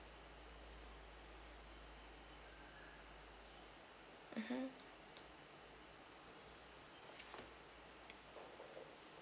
mmhmm